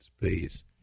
please